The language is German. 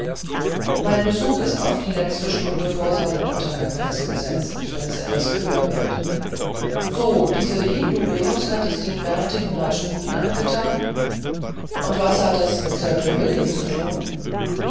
mein besuch ist für die letzte stunde vor sonnenuntergang festgesetzt wenn es etwas kühler wird so diese hindu venus hat es dem bärtigen rajputen angetan und was hat das mit sir trevelyan zu tun